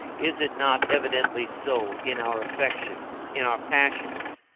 is it not evidently so in our affections, in our passions?